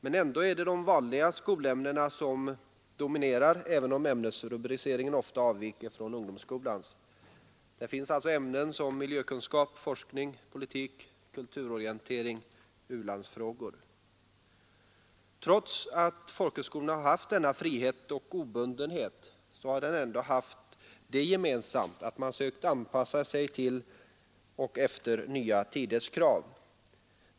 Men ändå är det de vanliga skolämnena som dominerar, även om ämnesrubriceringen ofta avviker från ungdomsskolans. Där finns alltså ämnen som miljökunskap, forskning, politik, kulturorientering och u-landsfrågor. Trots att folkhögskolorna har haft denna frihet och obundenhet har de ändå haft det gemensamt att man sökt anpassa sig efter nya tiders krav.